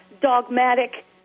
dogmatic